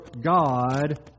God